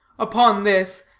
upon this,